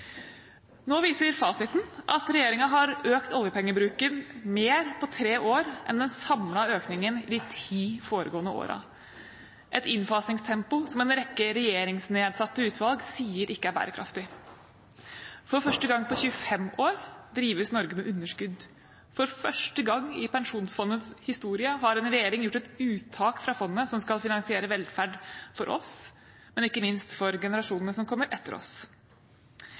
Nå viser fasiten at regjeringen har økt oljepengebruken mer på tre år enn den samlede økningen de ti foregående årene, et innfasingstempo som en rekke regjeringsnedsatte utvalg sier ikke er bærekraftig. For første gang på 25 år drives Norge med underskudd. For første gang i pensjonsfondets historie har en regjering gjort et uttak fra fondet som skal finansiere velferd for oss, men ikke minst for generasjonene som kommer etter oss.